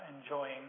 enjoying